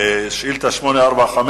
שאילתא 845,